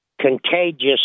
contagious